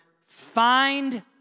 find